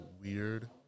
weird